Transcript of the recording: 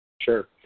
Sure